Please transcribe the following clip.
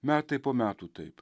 metai po metų taip